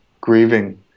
grieving